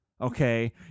Okay